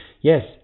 Yes